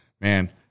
Man